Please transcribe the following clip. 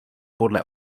podle